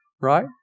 right